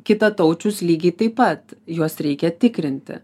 kitataučius lygiai taip pat juos reikia tikrinti